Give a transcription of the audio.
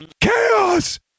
chaos